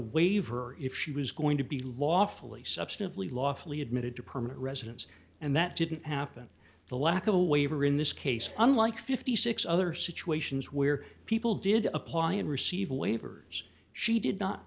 waiver if she was going to be lawfully substantively lawfully admitted to permanent residence and that didn't happen the lack of a waiver in this case unlike fifty six other situations where people did apply and receive waivers she did not